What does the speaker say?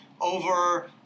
over